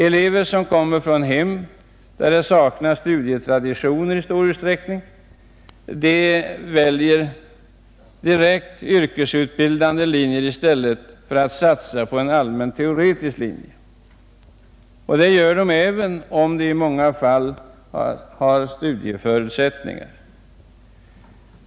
Elever som kommer från hem där det saknas studietraditioner väljer i stor utsträckning direkt yrkesutbildande linjer i stället för att satsa på en allmän teoretisk linje, detta även om de i många fall har studieförutsättningar.